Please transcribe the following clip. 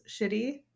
shitty